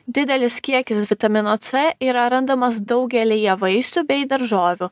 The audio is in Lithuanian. didelis kiekis vitamino c yra randamas daugelyje vaisių bei daržovių